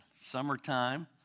Summertime